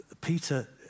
Peter